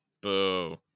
Boo